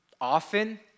often